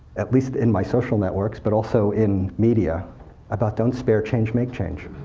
at least in my social networks, but also in media about don't spare change, make change.